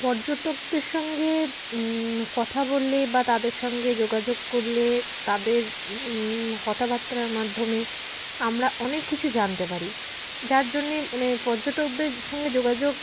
পর্যটকদের সঙ্গে কথা বললে বা তাদের সঙ্গে যোগাযোগ করলে তাদের কথাবার্তার মাধ্যমে আমরা অনেক কিছু জানতে পারি যার জন্যে মানে পর্যটকদের সঙ্গে যোগাযোগ